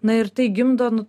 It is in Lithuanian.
na ir tai gimdo